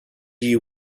you